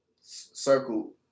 circle